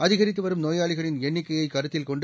அதிகரித்துவரும் நோயாளிகளின் எண்ணிக்கையை கருத்தில்கொண்டு